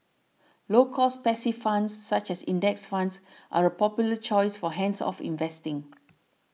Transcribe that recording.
low cost passive funds such as index funds are a popular choice for hands off investing